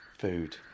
Food